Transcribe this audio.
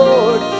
Lord